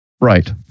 Right